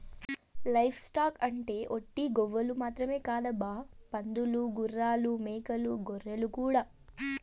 live stock అంటే ఒట్టి గోవులు మాత్రమే కాదబ్బా పందులు గుర్రాలు మేకలు గొర్రెలు కూడా